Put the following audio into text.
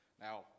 Now